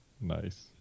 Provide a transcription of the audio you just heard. Nice